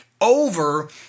Over